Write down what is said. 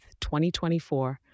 2024